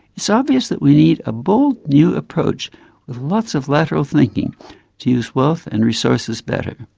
it's obvious that we need a bold new approach with lots of lateral thinking to use wealth and resources better.